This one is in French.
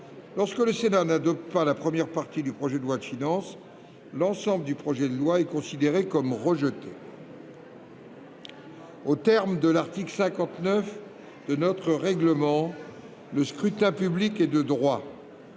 lorsque le Sénat n'adopte pas la première partie du projet de loi de finances, l'ensemble du projet de loi est considéré comme rejeté. En application de l'article 59 du règlement, le scrutin public ordinaire est de droit.